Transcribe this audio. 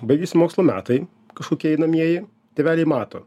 baigėsi mokslo metai kažkokie einamieji tėveliai mato